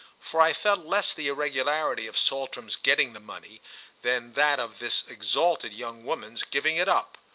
for i felt less the irregularity of saltram's getting the money than that of this exalted young woman's giving it up.